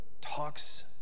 talks